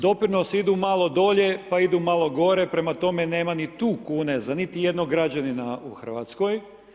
Doprinosi idu malo dolje pa idu malo gore, prema tome, nema ni tu kune za niti jednog građanina u Hrvatskoj.